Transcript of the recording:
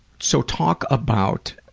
so talk about